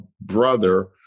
brother